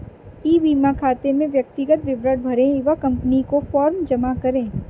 ई बीमा खाता में व्यक्तिगत विवरण भरें व कंपनी को फॉर्म जमा करें